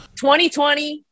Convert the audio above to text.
2020